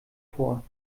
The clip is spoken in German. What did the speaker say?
vor